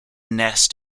nest